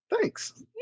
Thanks